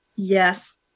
Yes